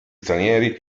stranieri